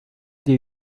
die